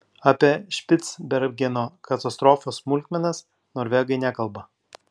apie špicbergeno katastrofos smulkmenas norvegai nekalba